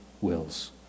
wills